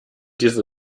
diese